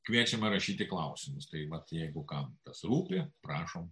kviečiama rašyti klausimus tai vat jeigu kam tas rūpi prašom